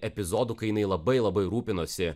epizodų kai jinai labai labai rūpinosi